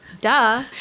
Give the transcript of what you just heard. Duh